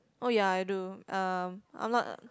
oh ya I do uh I'm not a